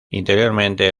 interiormente